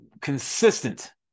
consistent